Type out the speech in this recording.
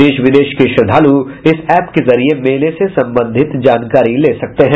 देश विदेश के श्रद्वालू इस एप के जरिये मेले से संबंधित जानकारी ले सकते हैं